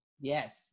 yes